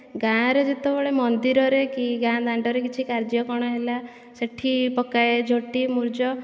ଗାଁ ରେ ଯେତେବେଳେ ମନ୍ଦିରରେ କି ଗାଁ ଦାଣ୍ଡରେ କିଛି କାର୍ଯ୍ୟ କଣ ହେଲା ସେଠି ପକାଏ ଝୋଟି ମୁରୁଜ